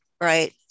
right